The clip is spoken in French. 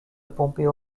pompeo